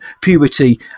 puberty